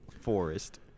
Forest